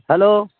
hello